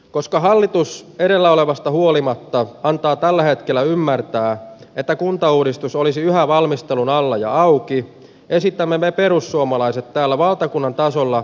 koska hallitus perillä olevasta huolimatta antaa tällä hetkellä ymmärtää että kuntauudistus olisi häävalmistelun alla ja auki esittämänä perussuomalaiset täällä valtakunnan tasolla